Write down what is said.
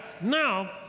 Now